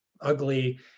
ugly